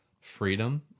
freedom